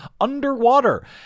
underwater